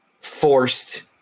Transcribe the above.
forced